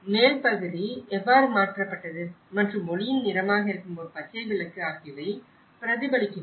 மேல் பகுதி எவ்வாறு மாற்றப்பட்டது மற்றும் ஒளியின் நிறமாக இருக்கும் ஒரு பச்சை விளக்கு ஆகியவை பிரதிபலிக்கின்றன